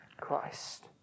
Christ